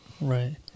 Right